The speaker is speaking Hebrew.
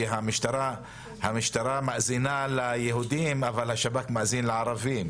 שהמשטרה מאזינה ליהודים אבל השב"כ מאזין לערבים.